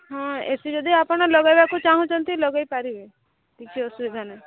ହଁ A C ଯଦି ଆପଣ ଲଗେଇବାକୁ ଚାହୁଁଛନ୍ତି ଲଗେଇପାରିବେ କିଛି ଅସୁବିଧା ନାହିଁ